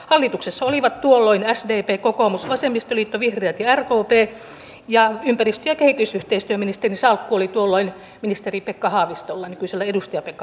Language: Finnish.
hallituksessa olivat tuolloin sdp kokoomus vasemmistoliitto vihreät ja rkp ja ympäristö ja kehitysyhteistyöministerin salkku oli tuolloin ministeri pekka haavistolla nykyisellä edustaja pekka haavistolla